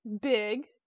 big